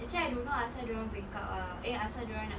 actually I don't know asal dorang break up ah eh asal dorang nak